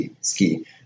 ski